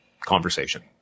conversation